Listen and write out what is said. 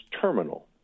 terminal